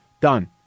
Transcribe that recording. done